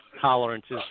tolerances